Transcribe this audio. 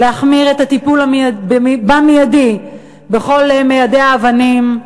להחמיר מייד את הטיפול בכל מיידי האבנים,